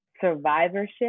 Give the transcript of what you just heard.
survivorship